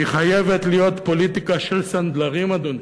חייבת להיות פוליטיקה של סנדלרים, אדוני,